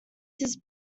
his